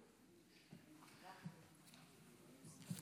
אקדים ואומר דעה אישית,